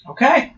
Okay